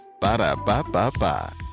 Ba-da-ba-ba-ba